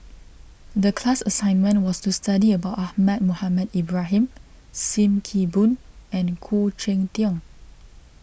the class assignment was to study about Ahmad Mohamed Ibrahim Sim Kee Boon and Khoo Cheng Tiong